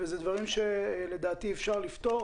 אלה דברים שלדעתי אפשר לפתור.